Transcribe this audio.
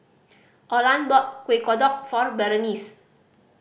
Orland brought Kuih Kodok for Berenice